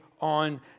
on